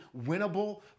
winnable